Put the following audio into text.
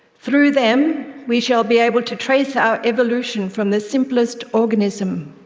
through them, we shall be able to trace our evolution from the simplest organism.